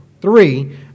three